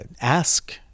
ask